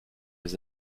les